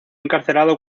encarcelado